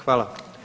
Hvala.